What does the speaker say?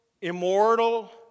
immortal